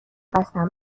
بستم